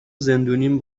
زندونیم